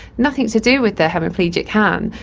nothing to do with their hemiplegic hand,